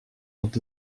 ont